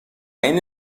این